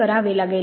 करावे लागेल